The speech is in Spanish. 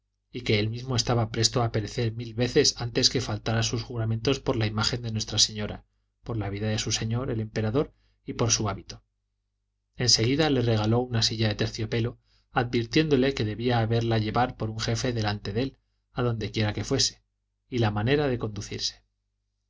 y que él mismo estaba presto a perecer mil veces antes que faltar a sus juramentos por la imagen de nuestra señora por la vida de su señor el emperador y por su hábito en seguida le regaló una silla de terciopelo advirtiéndole que debía hacerla llevar por un jefe delante de él adondequiera que fuese y la manera de conducirse